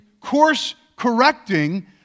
course-correcting